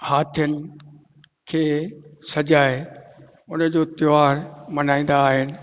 हाथियुनि खे सजाए उनजो त्योहारु मल्हाईंदा आहिनि